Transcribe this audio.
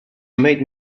made